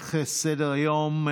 המשך סדר-היום,